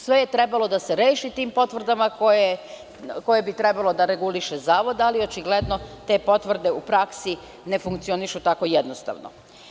Sve je trebalo da se reši tim potvrdama koje bi trebalo da reguliše zavod, ali očigledno te potvrde u praksi ne funkcionišu tako jednostavno.